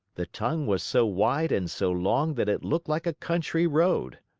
the tongue was so wide and so long that it looked like a country road.